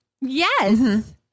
Yes